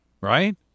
right